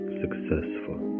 successful